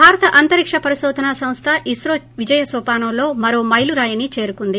భారత అంతరిక్ష పరిశోధన సంస్ల ఇస్రో విజయనోపానంలో మరో మైలురాయిని చేరుకుంది